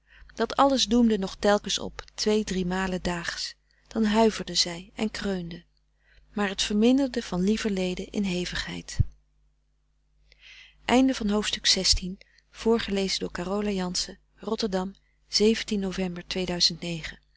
dat alles doemde nog telkens op tweedriemalen daags dan huiverde zij en kreunde maar het verminderde van lieverlede in hevigheid